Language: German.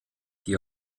die